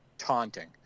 taunting